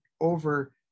Over